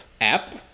app